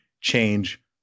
change